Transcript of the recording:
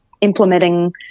implementing